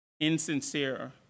insincere